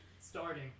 Starting